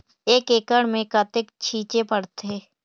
एक एकड़ मे कतेक छीचे पड़थे?